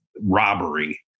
robbery